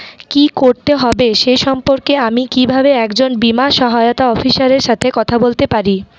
কী করতে হবে সে সম্পর্কে আমি কীভাবে একজন বীমা সহায়তা অফিসারের সাথে কথা বলতে পারি?